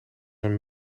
een